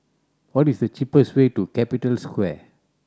what is the cheapest way to Capital Square